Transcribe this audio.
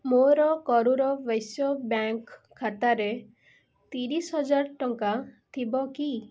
ମୋର କରୂର ବୈସ୍ୟ ବ୍ୟାଙ୍କ୍ ଖାତାରେ ତିରିଶି ହଜାର ଟଙ୍କା ଥିବ କି